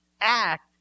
Act